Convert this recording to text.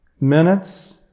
minutes